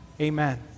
Amen